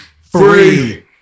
free